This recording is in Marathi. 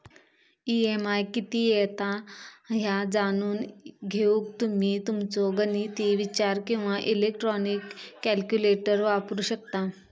ई.एम.आय किती येता ह्या जाणून घेऊक तुम्ही तुमचो गणिती विचार किंवा इलेक्ट्रॉनिक कॅल्क्युलेटर वापरू शकता